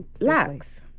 lacks